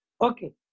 Okay